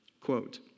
quote